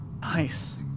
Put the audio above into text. Nice